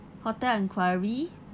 hotel enquiry